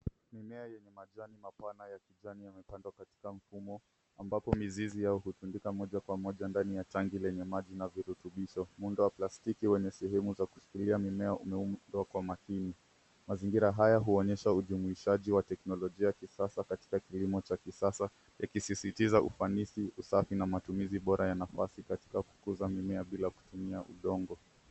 Mimea yenye majani mapana ya kijani yamepandwa katika mfumo ambapo mizizi au kuzundika moja kwa moja katika tangi lenye maji na virutubisho. Muundo wa plastiki wenye sehemu za kushikilia mimea umeundwa kwa makini. Mazingira haya huonyesha ujumuishaji wa teknolojia ya kisasa katika kilimo cha kisasa ikisisitiza ufanisi, usafi na matumizi bora ya nafasi katika kukuza mimea bila kutumia udongo.